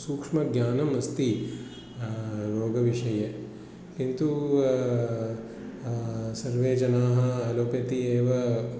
सूक्ष्मं ज्ञानम् अस्ति रोगविषये किन्तु सर्वे जनाः अलोपति एव